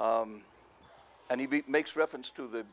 and he makes reference to the